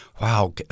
Wow